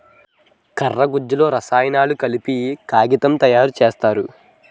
కర్ర గుజ్జులో రసాయనాలు కలిపి కాగితం తయారు సేత్తారు